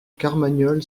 carmagnole